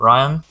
Ryan